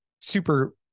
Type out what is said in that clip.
super